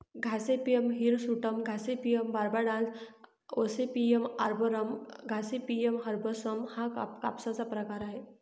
Gossypium hirsutum, Gossypium barbadense, Gossypium arboreum, Gossypium herbaceum हा कापसाचा प्रकार आहे